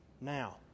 Now